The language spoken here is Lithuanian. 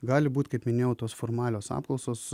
gali būt kaip minėjau tos formalios apklausos